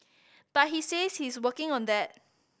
but he says he is working on that